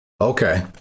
Okay